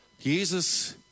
Jesus